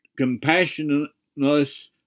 compassionless